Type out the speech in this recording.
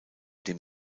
dem